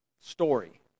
story